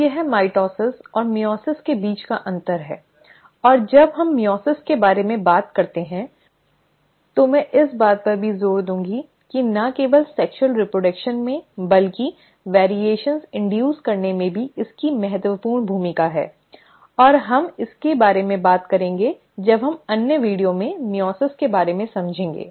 तो यह माइटोसिस और मइओसिस के बीच का अंतर है और जब हम मइओसिस के बारे में बात करते हैं तो मैं इस बात पर भी जोर दूंगी कि न केवल सेक्स्यूअल रीप्रडक्शन में बल्कि विविधताओं इन्डूस करने में भी इसकी महत्वपूर्ण भूमिका है और हम इसके बारे में बात करेंगे जब हम अन्य वीडियो में मइओसिस के बारे में समझेंगे